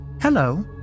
Hello